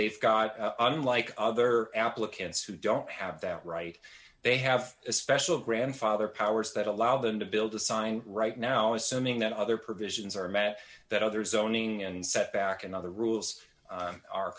they've got unlike other applicants who don't have that right they have a special grandfather powers that allow them to build a sign right now assuming that other provisions are met that other zoning and set back and other rules